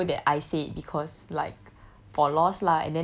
they know that I said because like